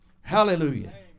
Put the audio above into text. Hallelujah